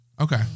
Okay